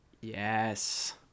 Yes